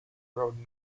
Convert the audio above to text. road